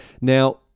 Now